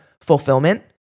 fulfillment